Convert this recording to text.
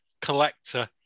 collector